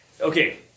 Okay